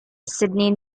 sydney